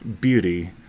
beauty